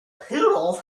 poodles